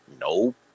Nope